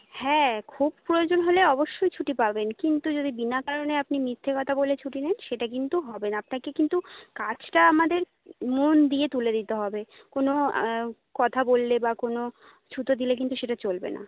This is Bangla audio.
হ্যাঁ খুব প্রয়োজন হলে অবশ্যই ছুটি পাবেন কিন্তু যদি বিনা কারণে আপনি মিথ্যে কথা বলে ছুটি নেন সেটা কিন্তু হবে না আপনাকে কিন্তু কাজটা আমাদের মন দিয়ে তুলে দিতে হবে কোনো কথা বললে বা কোনো ছুতো দিলে কিন্তু সেটা চলবে না